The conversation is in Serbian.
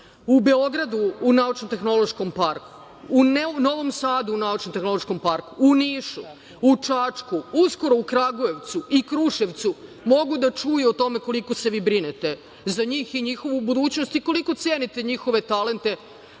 u Beogradu u naučno-tehnološkom parku, u Novom Sadu u naučno-tehnološkom parku, u Nišu, u Čačku, uskoro u Kragujevcu i Kruševcu, mogu da čuju o tome koliko se vi brinete za njih i njihovu budućnost i koliko cenite njihove talente,